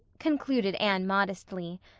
concluded anne modestly,